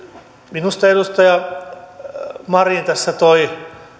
minusta edustaja marin tässä toi